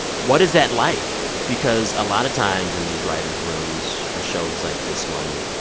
what is that like? because a lot of times in these writers' rooms for shows like this one,